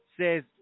says